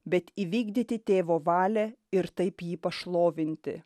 bet įvykdyti tėvo valią ir taip jį pašlovinti